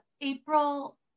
april